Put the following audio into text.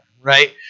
Right